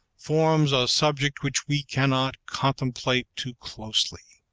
forms a subject which we cannot contemplate too closely.